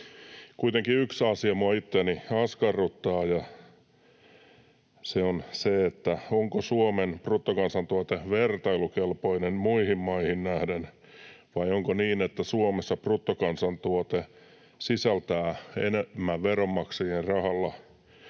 Kuitenkin yksi asia minua itseäni askarruttaa, ja se on se, onko Suomen bruttokansantuote vertailukelpoinen muihin maihin nähden vai onko niin, että Suomessa bruttokansantuote sisältää enemmän veronmaksajien rahalla